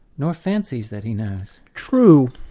nor fancies that he knows. true.